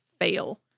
fail